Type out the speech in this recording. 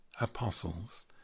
apostles